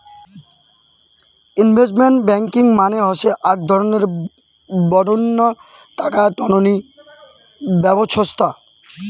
investment banking মানে হসে আক ধরণের বডঙ্না টাকা টননি ব্যবছস্থা